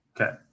Okay